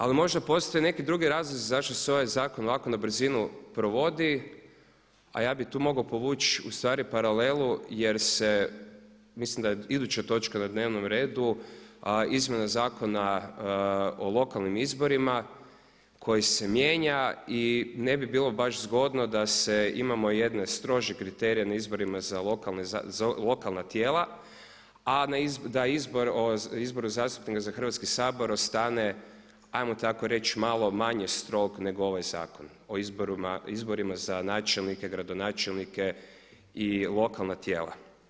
Ali možda postoje neki drugi razlozi zašto se ovaj zakon ovako na brzinu provodi, a ja bih tu mogao povući ustvari paralelu jer mislim da je iduća točka na dnevnom redu izmjena Zakona o lokalnim izborima koji se mijenja i ne bi bilo baš zgodno da imamo jedne strože kriterije na izborima za lokalna tijela, da o izboru zastupnika za Hrvatski sabor ostane ajmo tako reći malo manje strog nego ovaj Zakon o izborima za načelnike, gradonačelnike i lokalna tijela.